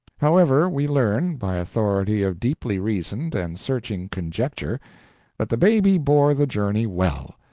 however, we learn by authority of deeply reasoned and searching conjecture that the baby bore the journey well,